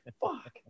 Fuck